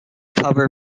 cover